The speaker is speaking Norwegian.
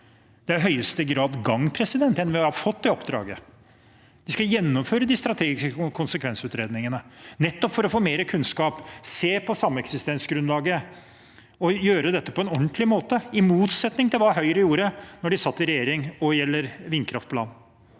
Det er i høyeste grad i gang. NVE har fått det oppdraget. Vi skal gjennomføre de strategiske konsekvensutredningene nettopp for å få mer kunnskap, se på sameksistensgrunnlaget og gjøre dette på en ordentlig måte, i motsetning til hva Høyre gjorde hva gjelder vindkraft på land